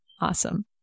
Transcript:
Awesome